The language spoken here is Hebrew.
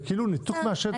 זה כאילו ניתוק מהשטח.